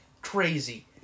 crazy